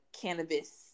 Cannabis